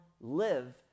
live